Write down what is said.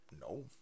No